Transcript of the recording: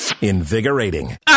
invigorating